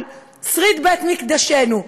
על שריד בית מקדשנו.